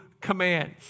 commands